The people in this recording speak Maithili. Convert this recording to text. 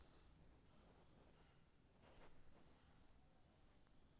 टैक्स बचत एफ.डी स्कीम सं आयकर कानून के तहत कर छूटक लाभ उठाएल जा सकैए